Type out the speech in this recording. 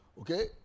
Okay